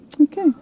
Okay